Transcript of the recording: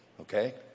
okay